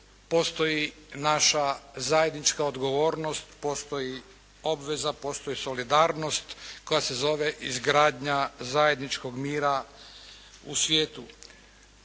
postoji naša zajednička odgovornost, postoji obveza, postoji solidarnost koja se zove izgradnja zajedničkog mira u svijetu.